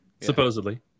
supposedly